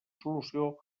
solució